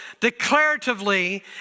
declaratively